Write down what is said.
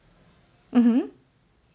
mmhmm